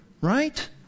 right